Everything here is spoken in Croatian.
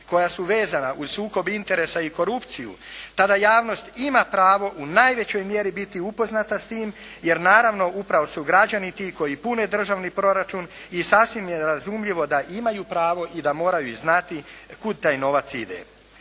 koja su vezana uz sukob interesa i korupciju tada javnost ima pravo u najvećoj mjeri biti upoznata s time jer naravno upravo su građani ti koji pune državni proračun i sasvim je razumljivo da imaju pravo i da moraju znati kuda taj novac ide.